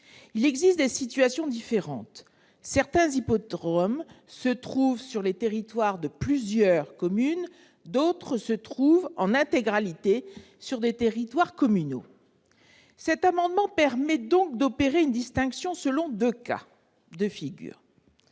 Il existe des situations différentes : certains hippodromes se trouvent sur les territoires de plusieurs communes, d'autres se trouvent en intégralité sur le territoire d'une seule commune. Cet amendement vise à opérer une distinction selon deux cas de figure.